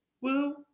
woo